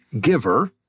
giver